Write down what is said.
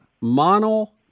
mono